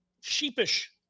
sheepish